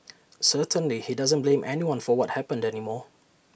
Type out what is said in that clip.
certainly he doesn't blame anyone for what happened anymore